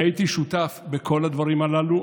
והייתי שותף בכל הדברים הללו,